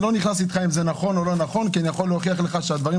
אני לא נכנס איתך אם זה נכון או לא כי אני יכול להוכיח לך שדבריך